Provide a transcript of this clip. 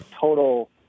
total